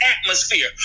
atmosphere